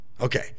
Okay